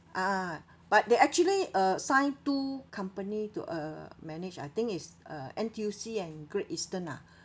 ah but they actually assign two company to uh manage I think is uh N_T_U_C and Great e\Eastern ah